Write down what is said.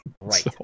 Right